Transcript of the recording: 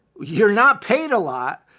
you're not paid a lot.